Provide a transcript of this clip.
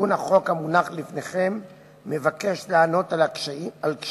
תיקון החוק המונח לפניכם מבקש לענות על קשיים